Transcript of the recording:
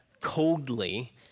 coldly